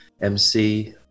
MC